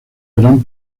gran